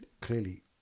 clearly